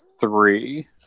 three